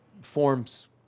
form's